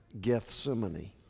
Gethsemane